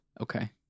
Okay